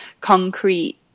concrete